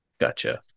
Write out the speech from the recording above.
Gotcha